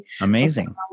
Amazing